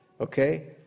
Okay